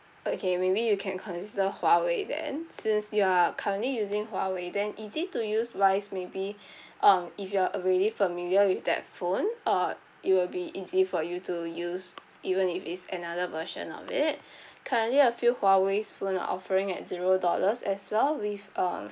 okay maybe you can consider Huawei then since you are currently using Huawei then easy to use wise maybe um if you're already familiar with that phone uh it will be easy for you to use even if it's another version of it currently a few Huawei's phone are offering at zero dollars as well with um